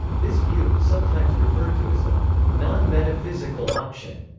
this view, sometimes referred to as the non-metaphysical option,